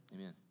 Amen